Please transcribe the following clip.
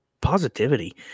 positivity